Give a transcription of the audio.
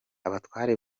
abatwara